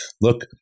look